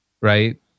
right